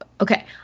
Okay